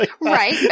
Right